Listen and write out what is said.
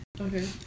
Okay